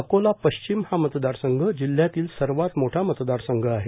अकोला पश्चिम हा मतदारसंघ जिल्ह्यातील सर्वात मोठा मतदारसंघ आहे